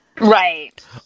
right